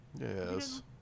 Yes